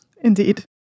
Indeed